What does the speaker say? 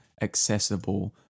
accessible